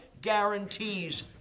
guarantees